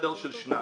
בחדר של שניים.